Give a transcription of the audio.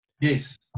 Yes